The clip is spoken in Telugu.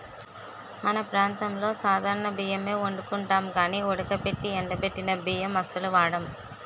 మన ప్రాంతంలో సాధారణ బియ్యమే ఒండుకుంటాం గానీ ఉడకబెట్టి ఎండబెట్టిన బియ్యం అస్సలు వాడం